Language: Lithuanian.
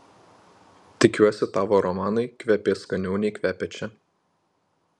tikiuosi tavo romanai kvepės skaniau nei kvepia čia